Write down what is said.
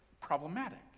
problematic